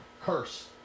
curse